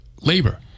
labor